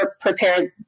prepared